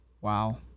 Wow